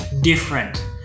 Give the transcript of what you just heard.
different